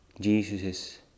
Jesus